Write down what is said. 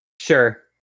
Sure